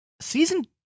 season